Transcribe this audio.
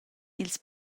ils